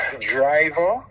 driver